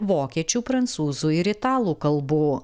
vokiečių prancūzų ir italų kalbų